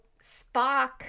Spock